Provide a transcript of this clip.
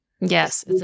Yes